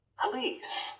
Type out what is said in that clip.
police